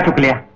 bhola.